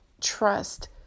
trust